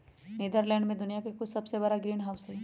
Netherlands में दुनिया के कुछ सबसे बड़ा ग्रीनहाउस हई